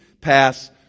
pass